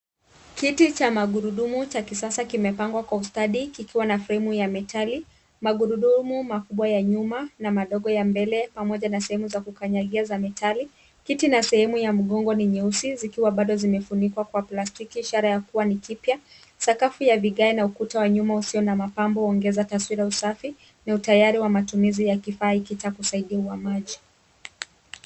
Kiti cha magurudmu cha kisasa kimepangwa kwa ustadi kikiwa na fremu ya metali. Magurudumu makubwa ya nyuma na madogo ya mbele pamoja na sehemu za kukanyagia za metali. Kiti na sehemu ya mgongo ni nyeusi zikiwa bado zimefunikwa kwa plastiki kuwa ishara ya kwua ni kipya. Sakafu ya vigae na ukuta wa nyuma usio na mapambo huongeza taswira ya usafi na utayari wa matumizi ya kifaa hiki cha kusaidia uhamaji.